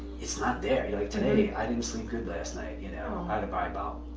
it's not there. like today, i didn't sleep good last night, you know, had by about,